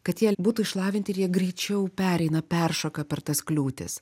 kad jie būtų išlavinti ir jie greičiau pereina peršoka per tas kliūtis